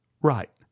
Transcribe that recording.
Right